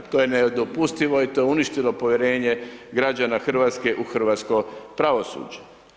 To je nedopustivo i to je uništilo povjerenje građana Hrvatske u hrvatsko pravosuđe.